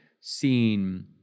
seeing